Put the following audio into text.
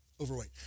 overweight